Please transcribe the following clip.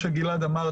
כמו שגלעד אמר,